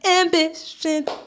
ambition